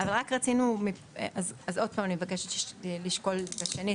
אז עוד פעם אני מבקשת לשקול את זה שנית,